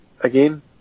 again